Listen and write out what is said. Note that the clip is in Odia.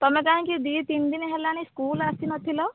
ତୁମେ କାହିଁକି ଦୁଇ ତିନିଦିନ ହେଲାଣି ସ୍କୁଲ ଆସିନଥିଲ